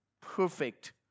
perfect